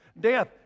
Death